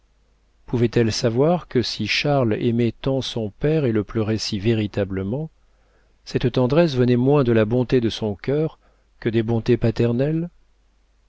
pouvait-elle savoir que si charles aimait tant son père et le pleurait si véritablement cette tendresse venait moins de la bonté de son cœur que des bontés paternelles